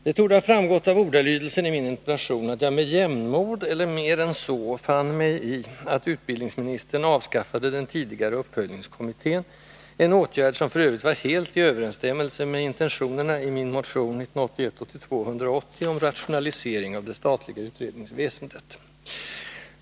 Det torde ha framgått av ordalydelsen i min interpellation att jag med jämnmod -— eller mer än så — fann mig i att utbildningsministern avskaffade den tidigare uppföljningskommittén, en åtgärd som f.ö. var helt i överensstämmelse med intentionerna i min motion 1981/82:180 om rationalisering av det statliga utredningsväsendet.